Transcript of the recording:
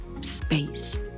space